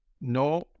No